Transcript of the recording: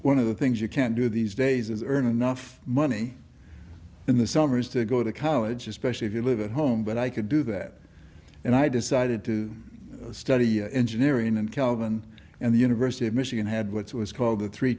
one of the things you can do these days is earn enough money in the summers to go to college especially if you live at home but i could do that and i decided to study engineering and calvin and the university of michigan had what was called a three